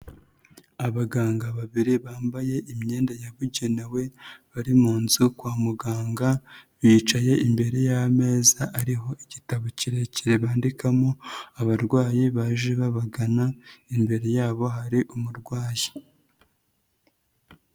Abaganga babiri bambaye imyenda yabugenewe bari mu nzu kwa muganga, bicaye imbere y'ameza ariho igitabo kirekire bandikamo abarwayi baje babagana, imbere yabo hari umurwayi.